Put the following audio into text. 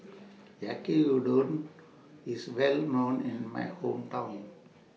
Yaki Udon IS Well known in My Hometown